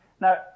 Now